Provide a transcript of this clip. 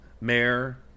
Mayor